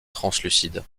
translucides